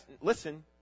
listen